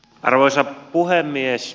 arvoisa puhemies